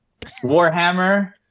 warhammer